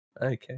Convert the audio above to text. Okay